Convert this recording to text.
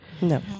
No